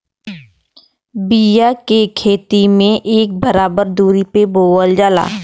बिया के खेती में इक बराबर दुरी पे बोवल जाला